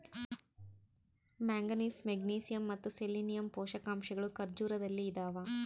manganese magnesium ಮತ್ತು selenium ಪೋಷಕಾಂಶಗಳು ಖರ್ಜೂರದಲ್ಲಿ ಇದಾವ